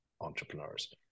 entrepreneurs